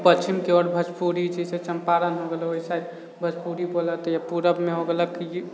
आओर पश्चिमके ओर भोजपुरी जैसे चम्पारण हो गेलौ ओइसे भोजपुरी बोलत तऽ ई पूरबमे हो गेलक